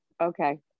okay